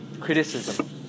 criticism